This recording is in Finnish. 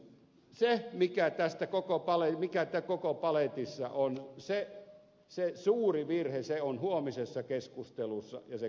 se mikä tässä koko paletissa on se suuri virhe on huomisessa keskustelussa ja se koskee biokaasua